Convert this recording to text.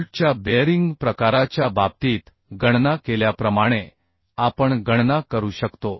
बोल्टच्या बेअरिंग प्रकाराच्या बाबतीत गणना केल्याप्रमाणे आपण गणना करू शकतो